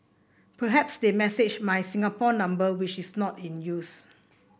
perhaps they messaged my Singapore number which is not in use